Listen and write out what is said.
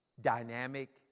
dynamic